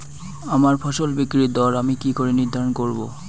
আমার ফসল বিক্রির দর আমি কি করে নির্ধারন করব?